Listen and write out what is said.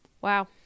Wow